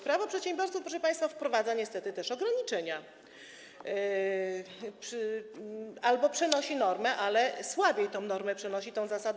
Prawo przedsiębiorców, proszę państwa, wprowadza niestety też ograniczenia albo przenosi normę, ale słabiej tę normę przenosi, tę zasadę.